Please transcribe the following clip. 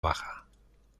baja